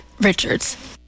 richards